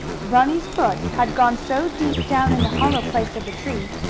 bunny's foot had gone so deep down in the hollow place of the tree,